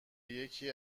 یکی